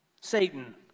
Satan